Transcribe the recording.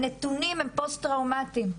הנתונים הם פוסט טראומתיים,